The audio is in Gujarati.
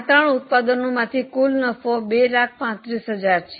આ ત્રણ ઉત્પાદનોમાંથી કુલ નફો 235000 છે